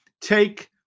take